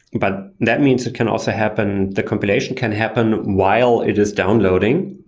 but that means it can also happen the compilation can happen while it is downloading,